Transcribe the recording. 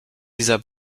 dieser